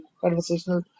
conversational